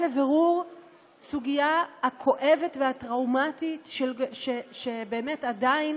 לבירור הסוגיה הכואבת והטראומטית שעדיין